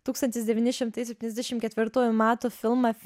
tūkstantis devyni šimtai septyniasdešim ketvirtųjų metų filmą